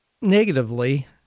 negatively